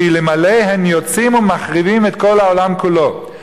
שאלמלא הם יוצאין ומחריבין את כל העולם כולו.